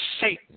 Satan